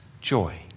joy